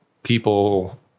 people